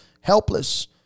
helpless